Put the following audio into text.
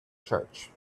church